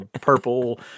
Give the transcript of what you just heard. purple